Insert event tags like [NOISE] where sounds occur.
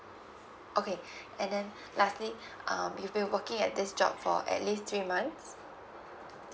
okay [BREATH] and then [BREATH] lastly [BREATH] um you've been working at this job for at least three months